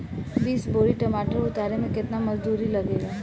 बीस बोरी टमाटर उतारे मे केतना मजदुरी लगेगा?